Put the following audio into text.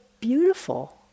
beautiful